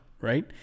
right